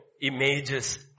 images